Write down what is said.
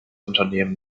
unternehmen